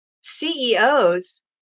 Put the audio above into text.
CEOs